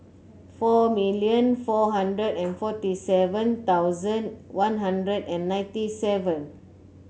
four million four hundred and forty seven thousand One Hundred and ninety seven